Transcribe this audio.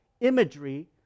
imagery